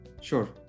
Sure